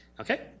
okay